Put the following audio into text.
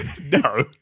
No